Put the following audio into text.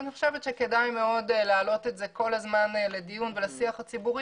אני חושבת שכדאי מאוד להעלות את זה כל הזמן לדיון ולשיח הציבורי